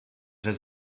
has